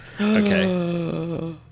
Okay